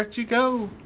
but you go?